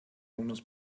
unos